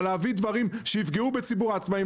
אבל להביא דברים שיפגעו בציבור העצמאים,